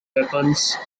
weapons